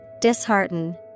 dishearten